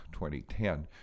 2010